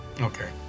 okay